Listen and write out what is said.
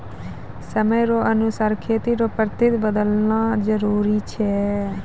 समय रो अनुसार खेती रो पद्धति बदलना जरुरी छै